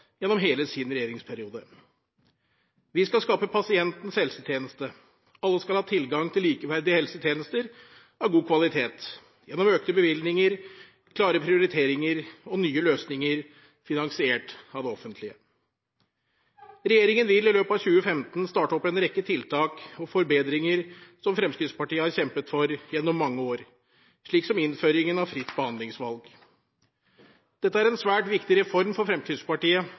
gjennom hele sin regjeringsperiode. Vi skal skape pasientens helsetjeneste. Alle skal ha tilgang til likeverdige helsetjenester av god kvalitet gjennom økte bevilgninger, klare prioriteringer og nye løsninger, finansiert av det offentlige. Regjeringen vil i løpet av 2015 starte opp en rekke tiltak og forbedringer som Fremskrittspartiet har kjempet for gjennom mange år, slik som innføringen av fritt behandlingsvalg. Dette er en svært viktig reform for Fremskrittspartiet